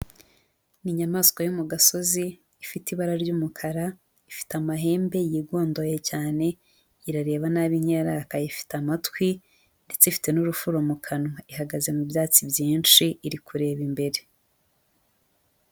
Ni inyamaswa yo mu gasozi ifite ibara ry'umukara, ifite amahembe yigondoye cyane, irareba nabi nk'iyarakaye, ifite amatwi, ndetse ifite n'urufuro mu kanwa, ihagaze mu byatsi byinshi iri kureba imbere.